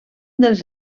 dels